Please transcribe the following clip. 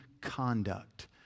conduct